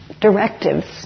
directives